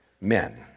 men